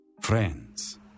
friends